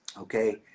okay